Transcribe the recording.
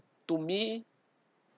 to me